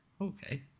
Okay